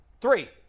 Three